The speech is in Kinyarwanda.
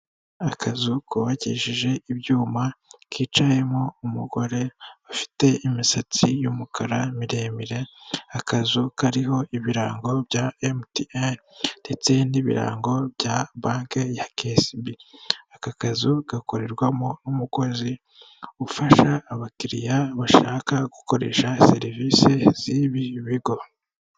Akazu kubakishije ibyuma kicayemo umugore ufite imisatsi y'umukara miremire, akazu kariho ibirango bya Emutiyene ndetse n'ibirango bya banke ya Kesibi, aka kazu gakorerwamo n'umukozi ufasha abakiriya bashaka gukoresha serivisi z'ibi bigo.